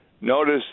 Notice